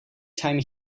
time